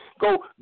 go